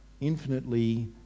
infinitely